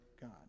God